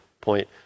point